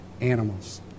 animals